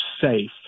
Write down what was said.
safe